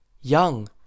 Young